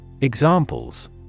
Examples